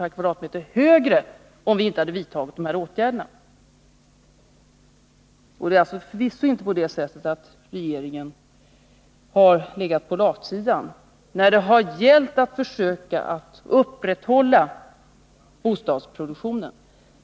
per kvadratmeter högre om vi inte hade vidtagit dessa åtgärder. Det är visst inte på det sättet att regeringen har legat på latsidan när det gällt att försöka upprätthålla bostadsproduktionen.